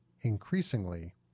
increasingly